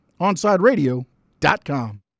OnSideRadio.com